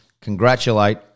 congratulate